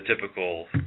typical